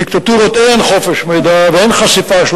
בדיקטטורות אין חופש מידע ואין חשיפה של